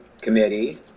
committee